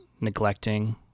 neglecting